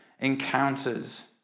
encounters